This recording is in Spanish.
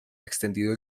extendido